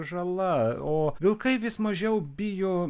žala o vilkai vis mažiau bijo